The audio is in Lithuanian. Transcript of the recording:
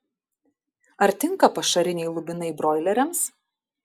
ar tinka pašariniai lubinai broileriams